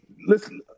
listen